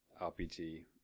rpg